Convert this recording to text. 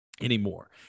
Anymore